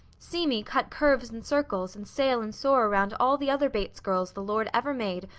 see me cut curves and circles and sail and soar around all the other bates girls the lord ever made,